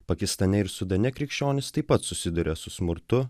pakistane ir sudane krikščionys taip pat susiduria su smurtu